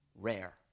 rare